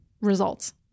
results